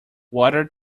water